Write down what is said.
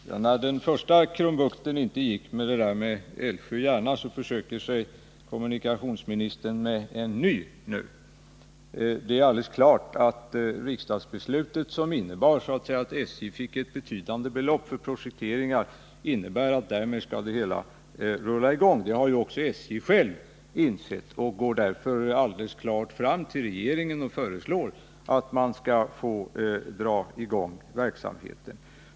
Fru talman! När den första krumbukten med Älvsjö-Järna inte gick försöker nu kommunikationsministern med en ny. Men det är alldeles klart att riksdagsbeslutet, som innebar att SJ fick ett betydande belopp för projektering, därmed också innebar att det hela skall rulla i gång. Detta har SJ själv insett och går därför till regeringen och föreslår att man skall få dra i gång verksamheten.